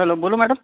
hello बोलो madam